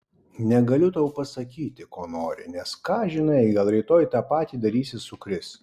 negaliu tau pasakyti ko nori nes ką žinai gal rytoj tą patį darysi su kris